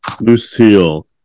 lucille